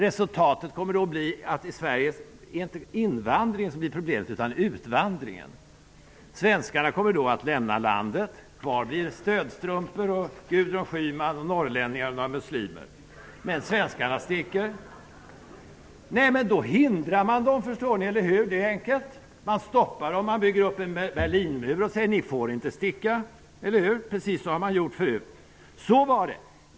Resultatet kommer att bli att problemet i Sverige inte är invandringen utan utvandringen. Svenskarna kommer att lämna landet. Kvar blir stödstrumpor, Gudrun Schyman, norrlänningar och några muslimer, men svenskarna sticker. Men då hindrar man dem, förstår ni! Eller hur? Det är ju enkelt! Man stoppar dem. Man bygger upp en Berlinmur och säger: Ni får inte sticka! Eller hur? Precis så har man gjort förut. Så var det!